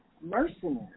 mercenary